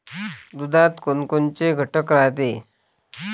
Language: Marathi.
दुधात कोनकोनचे घटक रायते?